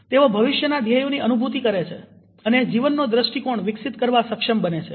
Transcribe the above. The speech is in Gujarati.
તેઓ ભવિષ્યનાં ધ્યેયોની અનુભૂતિ કરે છે અને જીવનનો દ્રષ્ટિકોણ વિકસિત કરવા સક્ષમ બને છે